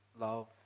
love